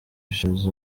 ashes